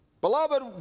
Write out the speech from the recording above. Beloved